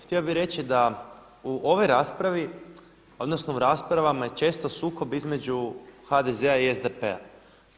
Htio bih reći da u ovoj raspravi, odnosno u raspravama je često sukob između HDZ-a i SDP-a.